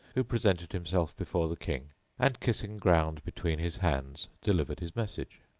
who presented himself before the king and, kissing ground between his hands, delivered his message.